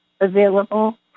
available